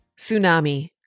Tsunami